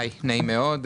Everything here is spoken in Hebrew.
הי, נעים מאוד.